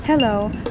Hello